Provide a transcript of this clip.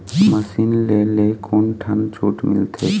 Machine ले ले कोन ठन छूट मिलथे?